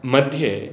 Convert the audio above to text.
मध्ये